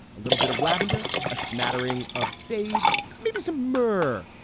a little bit of lavender, a smattering of sage, maybe some myrrh.